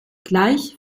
gleich